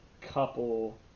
couple